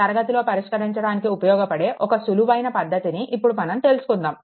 తరగతిలో పరిష్కరించడానికి ఉపయోగపడే ఒక సులువైన పద్దతిని ఇప్పుడు మనం తెలుసుకుందాము